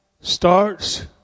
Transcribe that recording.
starts